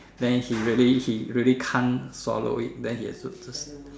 then he really he really can't swallow it then he had to just